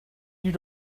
you